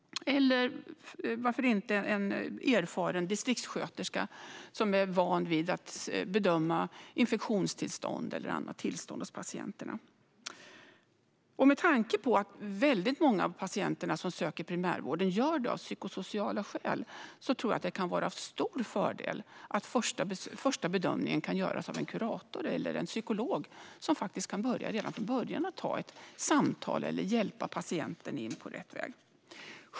Eller varför inte en erfaren distriktssköterska, som är van vid att bedöma infektionstillstånd eller andra tillstånd hos patienterna? Med tanke på att många patienter som söker primärvård gör det av psykosociala skäl tror jag att det kan vara en stor fördel att den första bedömningen kan göras av en kurator eller en psykolog. De kan då redan från början ta ett samtal eller hjälpa patienten in på rätt väg.